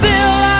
Bill